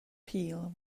peel